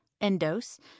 endos